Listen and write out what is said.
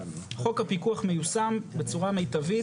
חוק הפיקוח מיושם בצורה מיטבית.